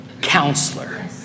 counselor